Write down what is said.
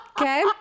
okay